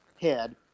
head